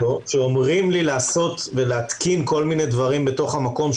כשאומרים לי לעשות ולהתקין כל מיני דברים בתוך המקום,